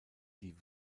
die